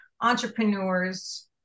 entrepreneurs